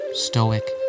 Stoic